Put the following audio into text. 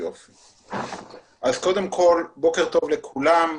בוקר טוב לכולם.